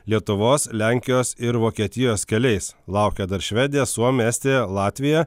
lietuvos lenkijos ir vokietijos keliais laukia dar švedija suomija estija latvija